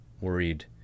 worried